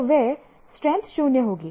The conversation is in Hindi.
तो वह स्ट्रेंथ 0 होगी